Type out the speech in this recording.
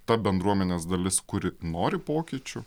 ta bendruomenės dalis kuri nori pokyčių